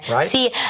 See